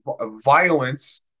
violence